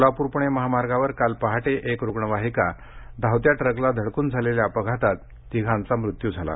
सोलापूर पुणे महामार्गावर काल पहाटे एक रुग्णवाहिका धावत्या ट्रकला धडकून झालेल्या अपघातात तिघांचा मृत्यू झाला